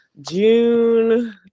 June